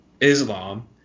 Islam